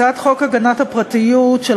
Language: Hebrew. הצעת חוק הגנת הפרטיות (תיקון,